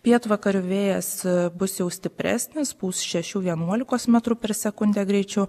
pietvakarių vėjas bus jau stipresnis pūs šešių vienuolikos metrų per sekundę greičiu